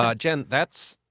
ah jen, that's.